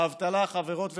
האבטלה, חברות וחברים,